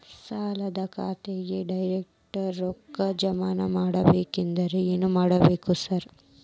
ಸಾಲದ ಖಾತೆಗೆ ಡೈರೆಕ್ಟ್ ರೊಕ್ಕಾ ಜಮಾ ಆಗ್ಬೇಕಂದ್ರ ಏನ್ ಮಾಡ್ಬೇಕ್ ಸಾರ್?